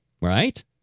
Right